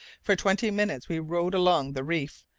for twenty minutes we rowed along the reef,